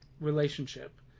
relationship